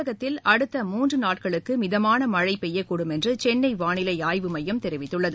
தமிழகத்தில் அடுத்த மூன்று நாட்களுக்கு மிதமான மழை பெய்யக்கூடும் என்று சென்னை வானிலை ஆய்வு மையம் தெரிவித்துள்ளது